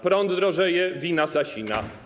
Prąd drożeje - wina Sasina.